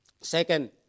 Second